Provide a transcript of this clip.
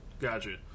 Gotcha